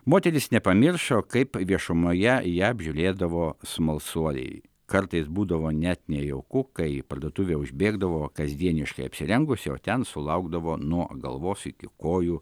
moteris nepamiršo kaip viešumoje ją apžiūrėdavo smalsuoliai kartais būdavo net nejauku kai į parduotuvę užbėgdavo kasdieniškai apsirengusi o ten sulaukdavo nuo galvos iki kojų